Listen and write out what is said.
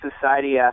society